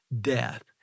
death